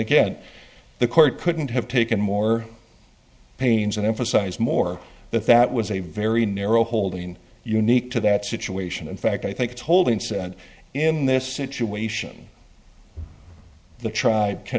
again the court couldn't have taken more pains and emphasize more that that was a very narrow holding unique to that situation in fact i think told me that in this situation the tr